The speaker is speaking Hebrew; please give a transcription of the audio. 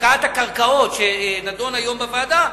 הפקעת הקרקעות שנדון היום בוועדה.